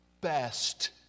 best